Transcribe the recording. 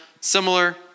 similar